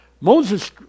Moses